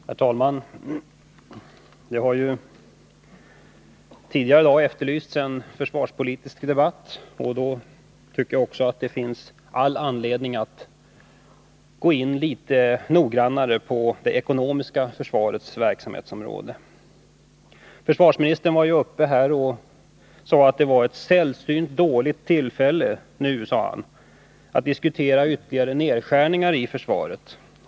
Herr talman! Det har tidigare i dag efterlysts en försvarspolitisk debatt. Därför tycker jag att det finns all anledning att gå in litet noggrannare på det ekonomiska försvarets verksamhetsområde. Försvarsministern var uppe här och sade att det var ett sällsynt dåligt tillfälle att nu diskutera ytterligare nedskärningar i försvaret.